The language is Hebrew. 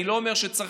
אני לא אומר שצריך,